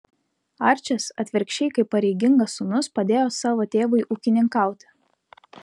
arčis atvirkščiai kaip pareigingas sūnus padėjo savo tėvui ūkininkauti